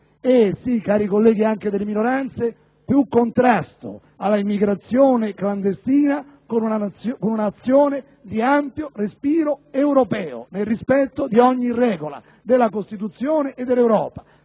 - sì, cari colleghi anche delle minoranze - più contrasto all'immigrazione clandestina, con un'azione di ampio respiro europeo, nel rispetto di ogni regola, della Costituzione e dell'Europa,